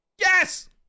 Yes